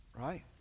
Right